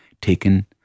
taken